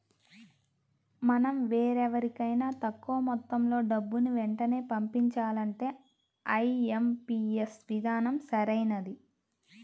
మనం వేరెవరికైనా తక్కువ మొత్తంలో డబ్బుని వెంటనే పంపించాలంటే ఐ.ఎం.పీ.యస్ విధానం సరైనది